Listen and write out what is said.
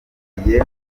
hafi